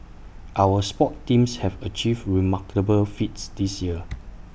our sports teams have achieved remarkable feats this year